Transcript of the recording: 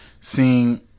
seeing